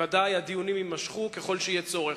בוודאי הדיונים יימשכו ככל שיהיה צורך.